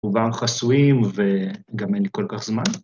ר‫ובם חסויים, וגם אין לי כל כך זמן...